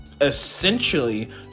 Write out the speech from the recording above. essentially